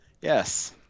Yes